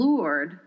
Lord